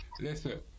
Listen